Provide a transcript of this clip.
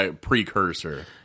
precursor